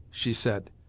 she said.